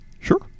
Sure